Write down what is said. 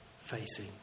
facing